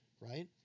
right